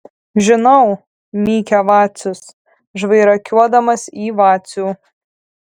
žinau mykia vacius žvairakiuodamas į vacių